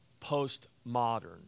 postmodern